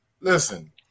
Listen